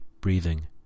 breathing